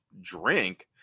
drink